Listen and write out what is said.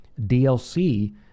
DLC